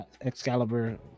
Excalibur